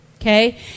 okay